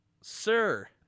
Sir